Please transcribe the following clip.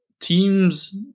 teams